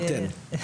מרחבתיין.